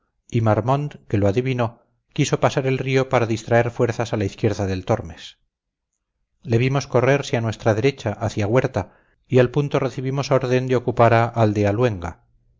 y marmont que lo adivinó quiso pasar el río para distraer fuerzas a la izquierda del tormes le vimos correrse a nuestra derecha hacia huerta y al punto recibimos orden de ocupar a